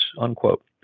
unquote